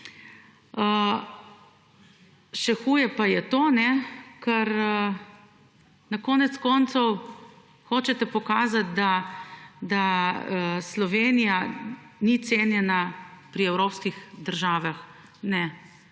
Še huje pa je to, kajne, ker, na konec koncev hočete pokazat, da Slovenija ni cenjena pri evropskih državah. Ne,